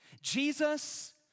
Jesus